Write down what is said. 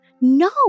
No